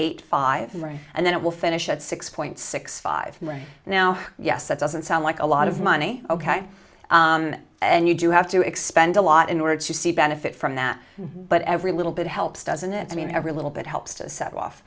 eight five and then it will finish at six point six five now yes that doesn't sound like a lot of money ok and you do have to expend a lot in order to see benefit from that but every little bit helps doesn't it i mean every little bit helps to set off